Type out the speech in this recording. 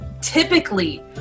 typically